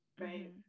right